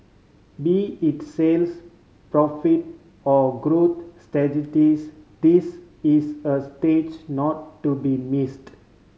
be it sales profit or growth this is a stage not to be missed